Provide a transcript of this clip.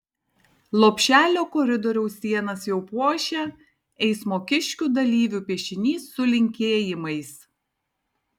lopšelio koridoriaus sienas jau puošia eismo kiškių dalyvių piešinys su linkėjimais